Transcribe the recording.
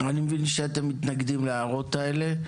אני מבין שאתם מתנגדים להערות האלה.